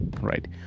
right